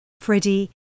Freddie